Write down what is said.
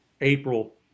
April